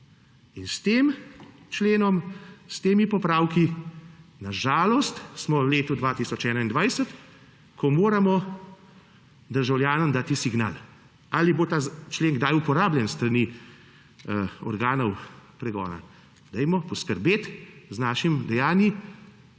In s tem členom, s temi popravki, na žalost smo v letu 2021, ko moramo državljanom dati signal. Ali bo ta člen kdaj uporabljen s strani organov pregona? Dajmo poskrbeti z našimi dejanji,